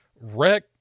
wreck